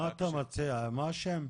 גבייה של חובות היא לא שירותי אכיפה.